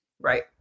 Right